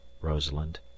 Rosalind